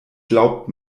glaubt